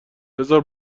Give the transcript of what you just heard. بذار